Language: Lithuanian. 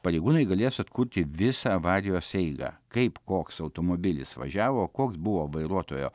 pareigūnai galės atkurti visą avarijos eigą kaip koks automobilis važiavo koks buvo vairuotojo